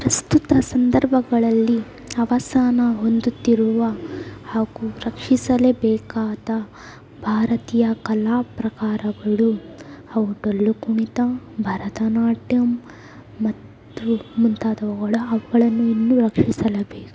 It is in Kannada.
ಪ್ರಸ್ತುತ ಸಂದರ್ಭಗಳಲ್ಲಿ ಅವಸಾನ ಹೊಂದುತ್ತಿರುವ ಹಾಗೂ ರಕ್ಷಿಸಲೇಬೇಕಾದ ಭಾರತೀಯ ಕಲಾ ಪ್ರಕಾರಗಳು ಅವು ಡೊಳ್ಳು ಕುಣಿತ ಭರತನಾಟ್ಯಮ್ ಮತ್ತು ಮುಂತಾದವುಗಳು ಅವುಗಳನ್ನು ಇನ್ನೂ ರಕ್ಷಿಸಲೇಬೇಕು